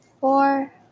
four